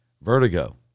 vertigo